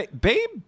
Babe